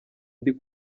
ndi